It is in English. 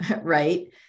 right